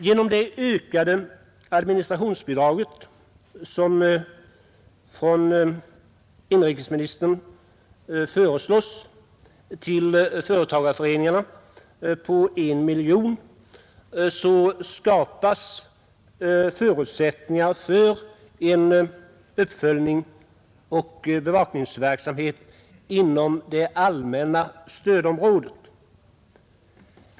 Genom det ökade administrationsbidraget på 1 miljon, som av inrikesministern föreslås till företagareföreningarna, skapas förutsättningar för uppföljningsoch bevakningsverksamhet inom det allmänna stödområdet.